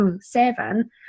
seven